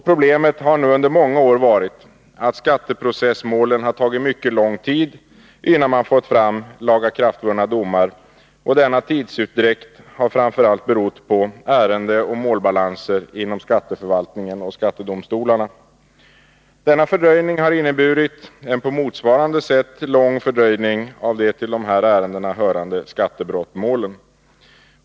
Problemet har nu under många år varit att skatteprocessmålen har tagit mycket lång tid innan man har fått fram lagakraftvunna domar. Denna tidsutdräkt har framför allt berott på ärendeoch målbalanser inom skatteförvaltningen och skattedomstolarna. Denna fördröjning har inneburit en på motsvarande sätt lång fördröjning av de till dessa ärenden hörande skattebrottmålen.